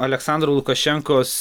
aleksandro lukašenkos